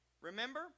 Remember